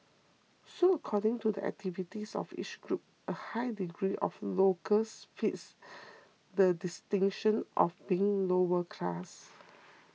so according to the activities of each group a high degree of locals fit the distinction of being lower class